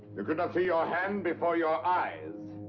you could not see your hand before your eyes.